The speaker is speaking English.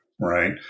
right